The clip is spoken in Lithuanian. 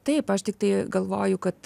taip aš tiktai galvoju kad